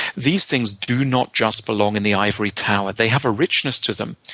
these things do not just belong in the ivory tower. they have a richness to them,